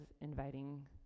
inviting